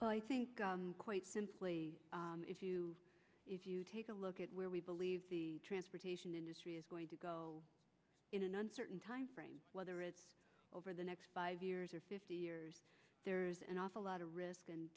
well i think quite simply if you take a look at where we believe the transportation industry is going to go in an uncertain timeframe whether it's over the next five years or fifty years there's an awful lot of risk and